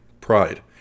pride